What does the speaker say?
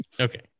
Okay